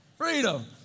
Freedom